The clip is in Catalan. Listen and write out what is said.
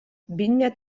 vinya